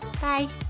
bye